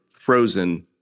frozen